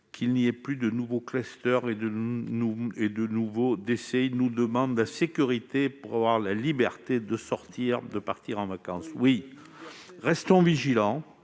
qu'il n'y ait plus de nouveaux clusters ni de nouveaux décès ; ils nous demandent la sécurité pour avoir la liberté de sortir et de partir en vacances. Restons vigilants